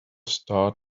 start